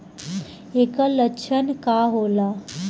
ऐकर लक्षण का होला?